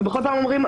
וכל פעם אומרים,